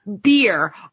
beer